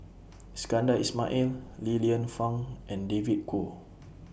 Iskandar Ismail Li Lienfung and David Kwo